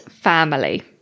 family